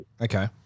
Okay